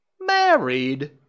Married